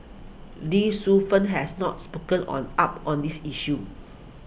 Lee Suet Fern has not spoken on up on this issue